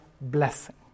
blessing